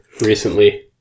recently